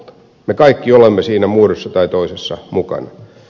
me kaikki olemme siinä muodossa tai toisessa mukana